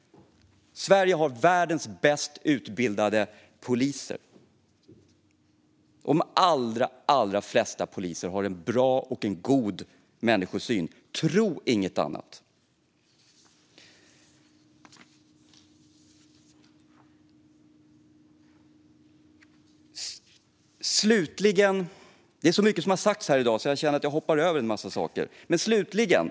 Sverige har världens bäst utbildade poliser. De allra flesta poliser har en bra och god människosyn - tro inget annat! Det är så mycket som har sagts här i dag, så jag hoppar över en massa saker som jag hade tänkt säga.